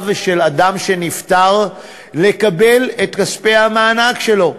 של אדם שנפטר לקבל את כספי המענק שלו,